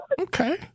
Okay